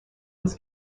was